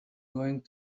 going